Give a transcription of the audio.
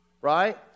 right